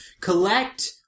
collect